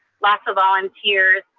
lots of volunteers,